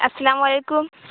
السلام علیکم